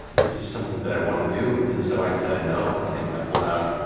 is this something that i wanna do? and so i decided no, and um i pulled out,